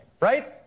right